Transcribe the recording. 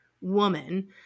woman